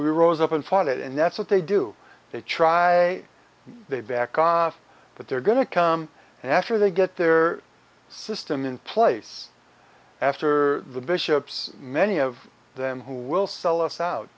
we rose up and fought it and that's what they do they try they back off but they're going to come after they get their system in place after the bishops many of them who will sell us